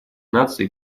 наций